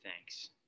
thanks